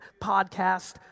podcast